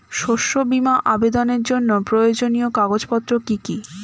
শস্য বীমা আবেদনের জন্য প্রয়োজনীয় কাগজপত্র কি কি?